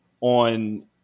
on